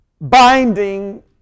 binding